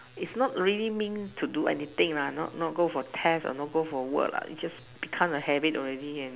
it's not really mean to do anything lah not not go for test or not go for work lah it just become a habit already and then